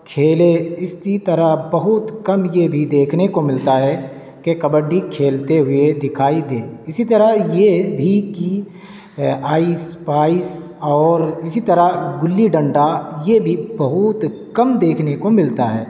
کھیلے اسی طرح بہت کم یہ بھی دیکھنے کو ملتا ہے کہ کبڈی کھیلتے ہوئے دکھائی دے اسی طرح یہ بھی کہ آئس پائس اور اسی طرح گلی ڈنڈا یہ بھی بہت کم دیکھنے کو ملتا ہے